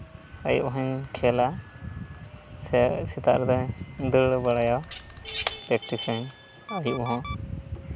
ᱟᱭᱩᱵ ᱦᱚᱸᱧ ᱠᱷᱮᱞᱟ ᱥᱮ ᱥᱮᱛᱟᱜ ᱨᱮᱫᱚᱧ ᱫᱟᱹᱲ ᱵᱟᱲᱟᱭᱟ ᱯᱮᱠᱴᱤᱥ ᱟᱹᱧ ᱟᱹᱭᱩᱵ ᱦᱚᱸ